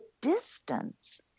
distance